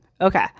okay